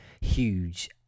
huge